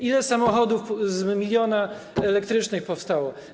Ile samochodów z miliona elektrycznych powstało?